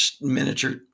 miniature